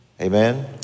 Amen